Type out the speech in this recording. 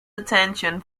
attention